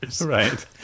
right